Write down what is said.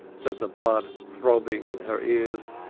said the blood throbbing in her ears.